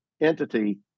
entity